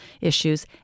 issues